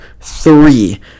three